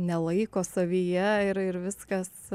nelaiko savyje ir ir viskas